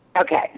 Okay